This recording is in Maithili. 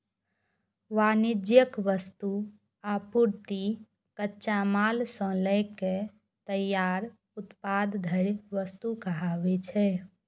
वाणिज्यिक वस्तु, आपूर्ति, कच्चा माल सं लए के तैयार उत्पाद धरि वस्तु कहाबै छै